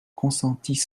consentis